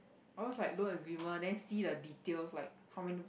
ours like loan agreement then see the details like how many